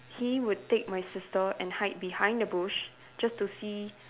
he would take my sister and hide behind the bush just to see